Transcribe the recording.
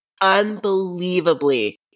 unbelievably